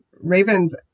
ravens